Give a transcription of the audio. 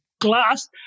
glass